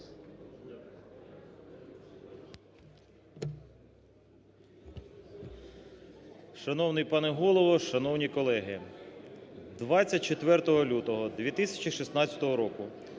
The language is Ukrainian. Шановний пане Голово! Шановні колеги! 24 лютого 2016 року